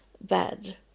bad